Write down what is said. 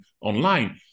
online